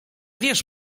wiesz